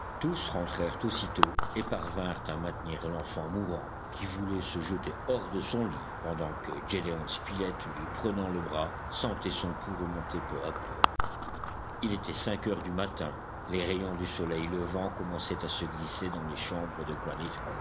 tous rentrèrent aussitôt et parvinrent à maintenir l'enfant mourant qui voulait se jeter hors de son lit pendant que gédéon spilett lui prenant le bras sentait son pouls remonter peu à peu il était cinq heures du matin les rayons du soleil levant commençaient à se glisser dans les chambres de